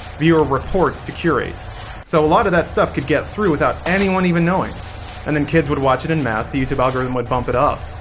viewer reports to curate so a lot of that stuff could get through without anyone even knowing and then kids would watch it in mass the youtube algorithm would bump it up,